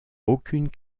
aucune